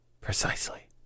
Precisely